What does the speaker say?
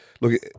look